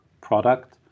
product